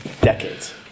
Decades